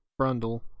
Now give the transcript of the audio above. Brundle